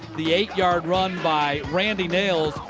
the eight-yard run by randy nails.